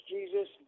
Jesus